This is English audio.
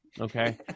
Okay